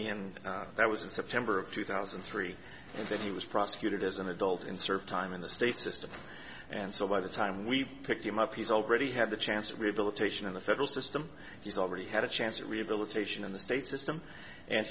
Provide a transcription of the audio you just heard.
and that was in september of two thousand and three and that he was prosecuted as an adult and served time in the state system and so by the time we picked him up he's already had the chance of rehabilitation in the federal system he's already had a chance at rehabilitation in the state system and